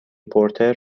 پورتر